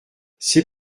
c’est